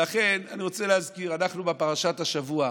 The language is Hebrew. ואכן, אני רוצה להזכיר, אנחנו בפרשת השבוע,